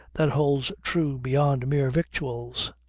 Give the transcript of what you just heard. that holds true beyond mere victuals.